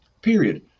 period